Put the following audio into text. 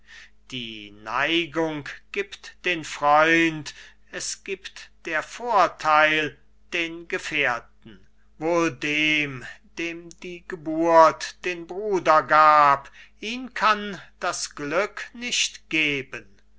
treibt die neigung gibt den freund es gibt der vortheil den gefährten wohl dem dem die geburt den bruder gab ihn kann das glück nicht geben